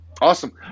awesome